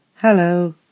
Hello